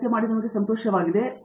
R Chakravarthi ಧನ್ಯವಾದಗಳು